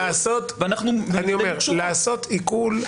לעשות עיקול,